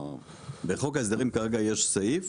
בחוק ההסדרים כרגע יש סעיף